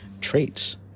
Traits